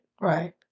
Right